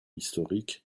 historique